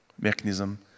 mechanism